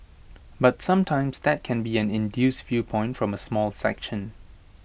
but sometimes that can be an induced viewpoint from A small section